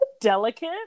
delicate